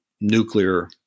nuclear